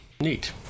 Neat